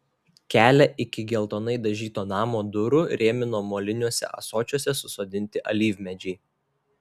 kelią iki geltonai dažyto namo durų rėmino moliniuose ąsočiuose susodinti alyvmedžiai